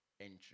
entry